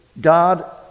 God